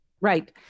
Right